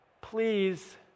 please